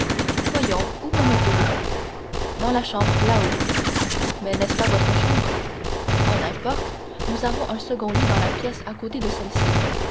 voyons où me mettez-vous dans la chambre là-haut mais n'est-ce pas votre chambre oh n'importe nous avons un second lit dans la pièce à côté de celle-ci